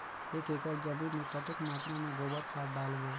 एक एकड़ जमीन मे कतेक मात्रा मे गोबर खाद डालबो?